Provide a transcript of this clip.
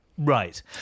Right